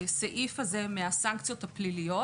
הסעיף הזה מהסנקציות הפליליות.